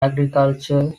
agriculture